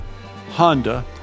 Honda